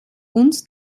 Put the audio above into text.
uns